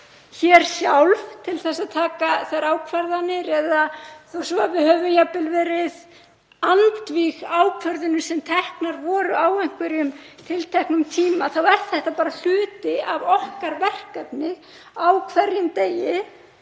hér sjálf til að taka þær ákvarðanir eða ekki. Þó svo að við höfum jafnvel verið andvíg ákvörðunum sem teknar voru á einhverjum tilteknum tíma þá er bara hluti af okkar verkefni á hverjum degi